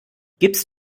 gibst